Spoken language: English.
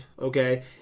okay